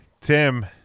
Tim